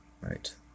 right